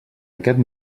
aquest